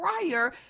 prior